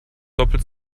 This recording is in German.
doppelt